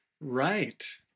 right